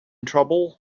trouble